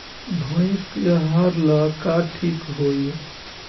भइस के आहार ला का ठिक होई?